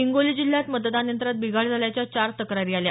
हिंगोली जिल्ह्यात मतदान यंत्रात बिघाड झाल्याच्या चार तक्रारी आल्या